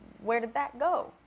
where did that go?